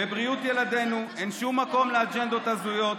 בבריאות ילדינו אין שום מקום לאג'נדות הזויות,